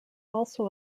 also